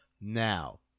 now